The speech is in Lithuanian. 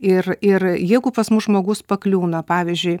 ir ir jeigu pas mus žmogus pakliūna pavyzdžiui